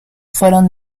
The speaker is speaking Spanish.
fueron